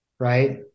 right